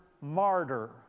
martyr